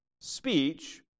speech